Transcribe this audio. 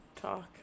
talk